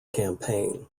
campaign